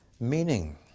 meaning